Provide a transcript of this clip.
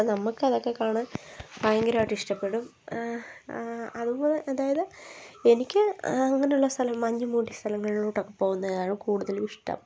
അപ്പോള് നമുക്കതൊക്കെ കാണാൻ ഭയങ്കരമായിട്ട് ഇഷ്ടപ്പെടും അതുപോ അതായത് എനിക്ക് അങ്ങനെയുള്ള സ്ഥലങ്ങളിൽ മഞ്ഞു മൂടിയ സ്ഥലങ്ങളിലോട്ടൊക്കെ പോകുന്നതാണ് കൂടുതലും ഇഷ്ടം